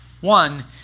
One